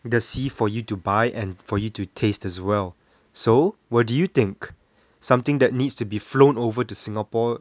the sea for you to buy and for you to taste as well so what do you think something that needs to be flown over to singapore